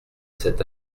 cet